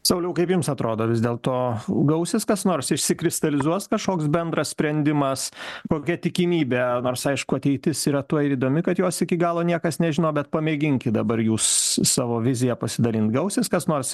sauliau kaip jums atrodo vis dėlto gausis kas nors išsikristalizuos kažkoks bendras sprendimas kokia tikimybė nors aišku ateitis yra tuo ir įdomi kad jos iki galo niekas nežino bet pamėginkit dabar jūs savo vizija pasidalint gausis kas nors